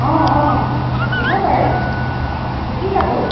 অঁ অঁ দিব পাৰে কি কাপোৰ